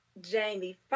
Jamie